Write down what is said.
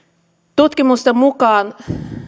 tutkimusten mukaan